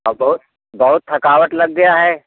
हाँ बहुत बहुत थकावट लग गया है